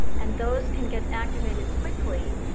and those can get activated quickly.